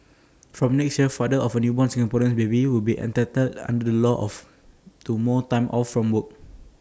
from next year fathers of newborn Singaporean babies will be entitled under the law to more time off from work